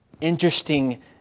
interesting